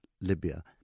Libya